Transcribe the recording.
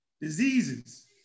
diseases